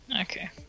Okay